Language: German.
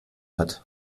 hat